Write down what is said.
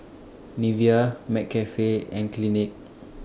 Nivea McCafe and Clinique